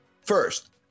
First